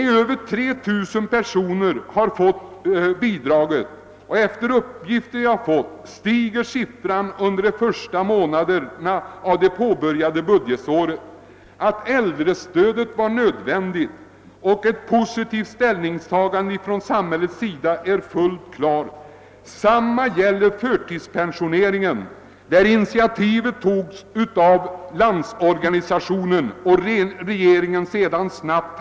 över 3 000 personer har erhållit sådana bidrag, och enligt uppgifter som jag fått stiger siffrorna härför under de första månaderna av det påbörjade budgetåret. Att både äldrestödet liksom en positiv inställning från samhället i detta sammanhang varit nödvändiga står fullt klart. Detsamma gäller förtidspensioneringen. Initiativet till denna togs av Landsorganisationen, och regeringen handlade härefter snabbt.